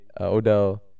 Odell